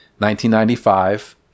1995